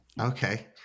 Okay